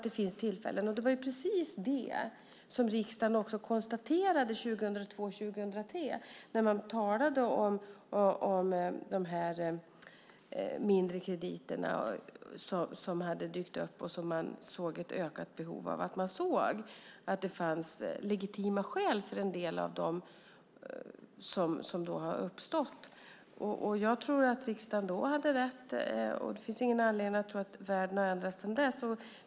Det var precis detta som riksdagen konstaterade 2002/03 när man talade om de mindre krediterna som hade dykt upp och som det fanns ett ökat behov av att se över. Man såg att det fanns legitima skäl för en del av de lån som har uppstått. Jag tror att riksdagen då hade rätt, och det finns ingen anledning att tro att världen har ändrat sig sedan dess.